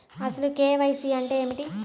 అసలు కే.వై.సి అంటే ఏమిటి?